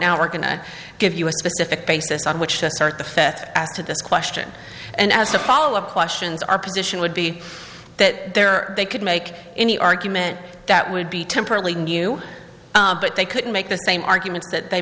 now we're going to give you a specific basis on which to start the fetter to this question and as a follow up questions our position would be that there are they could make any argument that would be temporarily new but they couldn't make the same arguments that they